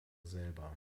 selber